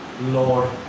Lord